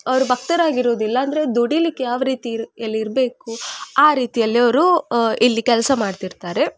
ಅವರು ಭಕ್ತರಾಗಿರುದಿಲ್ಲ ಅಂದರೆ ದುಡೀಲಿಕ್ಕೆ ಯಾವ ರೀತಿಯಿರ ಯಲ್ಲಿ ಇರಬೇಕು ಆ ರೀತಿಯಲ್ಲಿ ಅವರು ಇಲ್ಲಿ ಕೆಲಸ ಮಾಡ್ತಿರ್ತಾರೆ